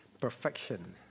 Perfection